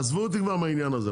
עזבו אותי כבר מהעניין הזה.